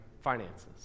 finances